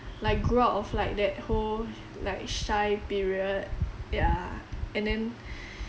like grow out of that whole like shy period yeah and then